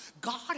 God